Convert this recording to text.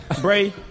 Bray